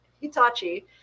Hitachi